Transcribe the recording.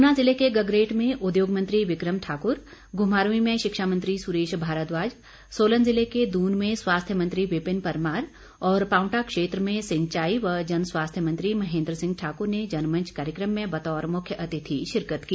ऊना ज़िले के गगरेट में उद्योग मंत्री विक्रम ठाक्र घुमारवी में शिक्षा मंत्री सुरेश भारद्वाज सोलन ज़िले के दून में स्वास्थ्य मंत्री विपिन परमार और पांवटा क्षेत्र में सिंचाई व जन स्वास्थ्य मंत्री महेन्द्र सिंह ठाकुर ने जनमंच कार्यक्रम में बतौर मुख्य अतिथि शिरकत की